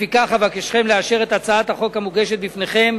ולפיכך אבקשכם לאשר את הצעת החוק המוגשת בפניכם